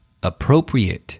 Appropriate